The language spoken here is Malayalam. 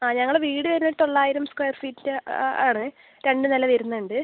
ആ ഞങ്ങളുടെ വീട് ഒരു തൊള്ളായിരം സ്ക്വയർ ഫീറ്റ് ആ ആണ് രണ്ട് നില വരുന്നുണ്ട്